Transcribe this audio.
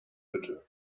hütte